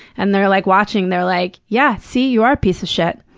and they're, like, watching. they're like, yeah, see? you are a piece of shit.